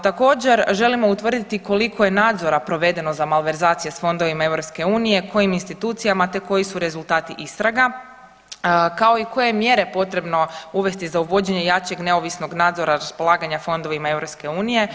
Također želimo utvrditi koliko je nadzora provedeno za malverzacije sa fondovima EU, kojim institucijama, te koji su rezultati istraga kao i koje je mjere potrebno uvesti za uvođenje jačeg, neovisnog nadzora raspolaganja fondovima EU.